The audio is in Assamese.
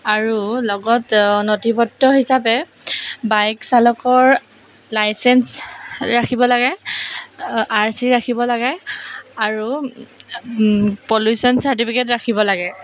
আৰু লগত নথি পত্ৰ হিচাপে বাইক চালকৰ লাইচেঞ্চ ৰাখিব লাগে আৰ চি ৰাখিব লাগে আৰু পলউশ্যন চাৰ্টিফিকেট ৰাখিব লাগে